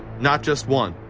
not just one.